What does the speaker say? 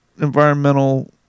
environmental